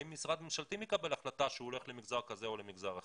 האם המשרד ממשלתי מקבל את ההחלטה שהוא הולך למגזר כזה או למגזר אחר.